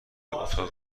اتاق